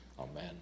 Amen